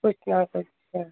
कुझु न कुझु न